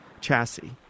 chassis